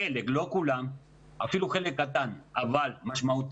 חלק, לא כולם, אפילו חלק קטן אבל משמעותי,